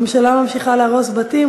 הממשלה ממשיכה להרוס בתים,